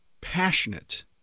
passionate